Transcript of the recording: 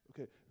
Okay